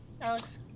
Alex